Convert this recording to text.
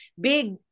big